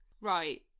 Right